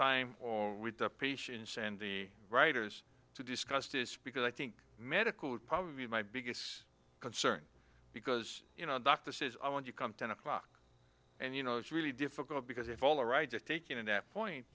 time with the patience and the writers to discuss this because i think medical would probably be my biggest concern because you know a doctor says i want to come ten o'clock and you know it's really difficult because if you all are right just taking a nap point